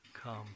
come